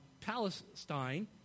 Palestine